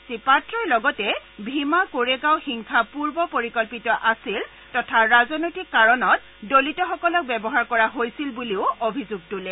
শ্ৰী পাত্ৰই লগতে ভীমা কোৰেগাঁও হিংসা পুৰ্ব পৰিকল্পিত আছিল তথা ৰাজনৈতিক কাৰণত দলিতসকলক ব্যৱহাৰ কৰা হৈছিল বুলি অভিযোগ তোলে